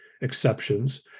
exceptions